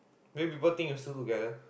maybe people think you still together